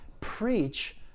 preach